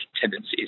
tendencies